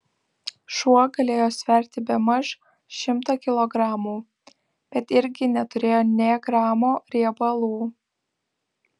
šuo galėjo sverti bemaž šimtą kilogramų bet irgi neturėjo nė gramo riebalų